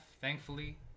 thankfully